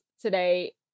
today